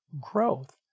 growth